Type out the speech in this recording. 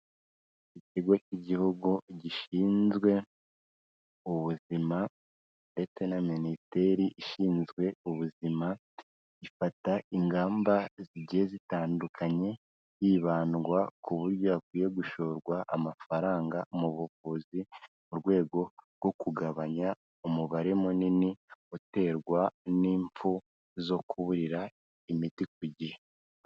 Ikigo cy'igihugu gishinzwe ubuzima ndetse na minisiteri ishinzwe ubuzima, gifata ingamba zigiye zitandukanye, hibandwa ku buryo hakwiye gushorwa amafaranga mu buvuzi mu rwego rwo kugabanya umubare munini uterwa n'imfu zo kuburira imiti ku gihe.